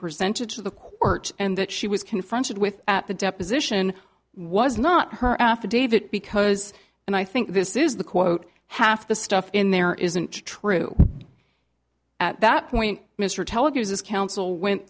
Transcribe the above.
presented to the court and that she was confronted with at the deposition was not her affidavit because and i think this is the quote half the stuff in there isn't true at that point mr telegrams his counsel went